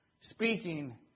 Speaking